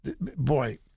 Boy